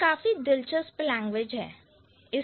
यह काफी दिलचस्प लैंग्वेज है